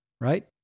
Right